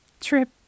trip